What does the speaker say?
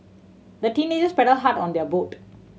the teenagers paddled hard on their boat